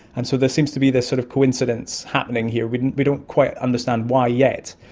and so there seems to be this sort of coincidence happening here. we don't we don't quite understand why yet,